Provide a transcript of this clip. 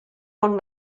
onn